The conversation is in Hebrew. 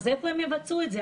אז איפה הם יבצעו את זה?